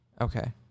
Okay